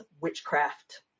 witchcraft